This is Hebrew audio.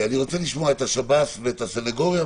אני רוצה לשמוע את השב"ס ואת הסנגוריה,